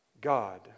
God